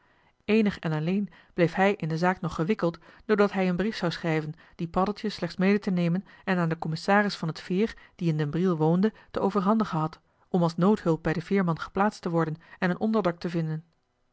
eenig en alleen bleef hij in de zaak nog gewikkeld doordat hij een brief zou schrijven dien paddeltje slechts mede te nemen en aan den commissaris van het veer die in den briel woonde te overhandigen had om als noodhulp bij den veerman geplaatst te worden en een onderdak te vinden